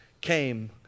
came